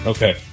Okay